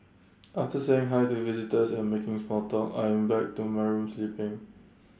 after saying hi to visitors and making small talk I'm back to my room sleeping